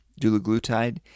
dulaglutide